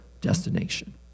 destination